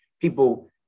people